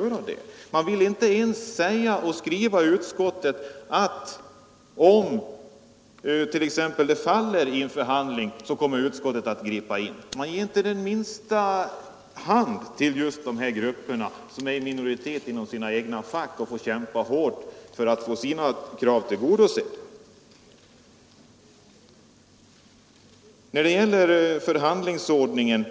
Utskottet vill inte ens skriva att ett ingripande skall göras, om frågan faller i en förhandling. Utskottet räcker inte på minsta sätt handen till dessa grupper, som är i minoritet inom sina egna fack och som har fått kämpa hårt för att få sina krav tillgodosedda. När det gäller förhandlingsordningen